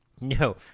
No